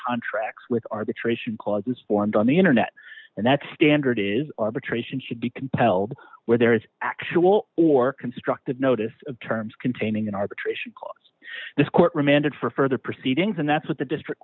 contracts with arbitration clauses formed on the internet and that standard is arbitration should be compelled where there is actual or constructive notice of terms containing an arbitration clause this court remanded for further proceedings and that's what the